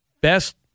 Best